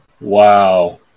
Wow